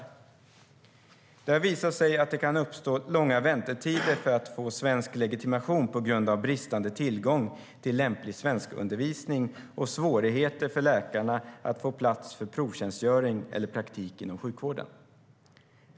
Det har visat sig att det kan uppstå långa väntetider för att få svensk legitimation på grund av bristande tillgång till lämplig svenskundervisning och svårigheter för läkarna att få plats för provtjänstgöring eller praktik inom sjukvården.